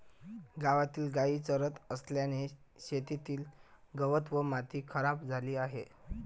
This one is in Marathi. गावातील गायी चरत असल्याने शेतातील गवत व माती खराब झाली आहे